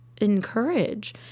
encourage